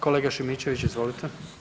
Kolega Šimičević, izvolite.